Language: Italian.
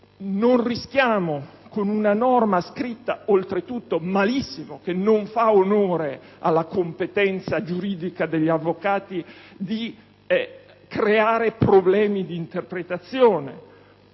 non rischiamo, sovrapponendovi una norma scritta oltretutto malissimo, che non fa onore alla competenza giuridica degli avvocati, di far sorgere gravi problemi di interpretazione?